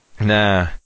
Nah